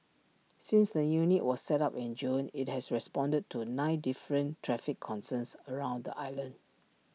since the unit was set up in June IT has responded to nine different traffic concerns around the island